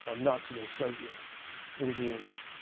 ah nazi and soviet regimes,